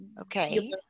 okay